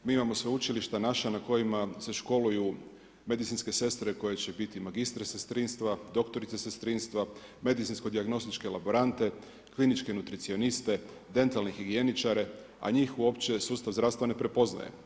Mi imao sveučilišta, naša, na kojima se školuju medicinske sestre koje će biti magistre sestrinstva, doktorice sestrinstva, medicinsko dijagnostičke laborante, kliničke nutricioniste, dentalne higijeničare, a njih uopće sustav zdravstva ne prepoznaje.